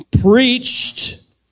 preached